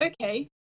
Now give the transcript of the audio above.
okay